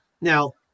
Now